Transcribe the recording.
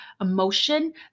emotion